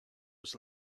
was